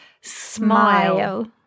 Smile